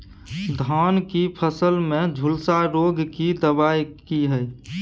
धान की फसल में झुलसा रोग की दबाय की हय?